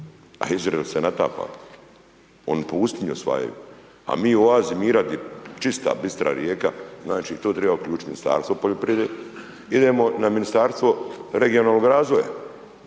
a Izrael se natapa, oni pustinju osvajaju a mi u oazi mira di čista bistra rijeka, znači tu treba uključiti Ministarstvo poljoprivrede. Idemo na Ministarstvo regionalnog razvoja,